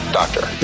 doctor